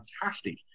fantastic